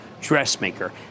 dressmaker